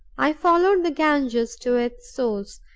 i followed the ganges to its source,